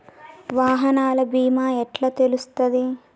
వాహనాల బీమా ఎట్ల తెలుస్తది?